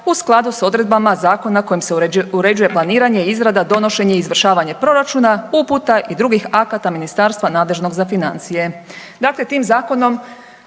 u skladu s odredbama zakona kojim se uređuje planiranje, izrada, donošenje i izvršavanje proračuna, uputa i drugih akata ministarstva nadležnog za financije.